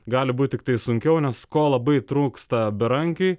gali būti tiktai sunkiau nes ko labai trūksta berankiui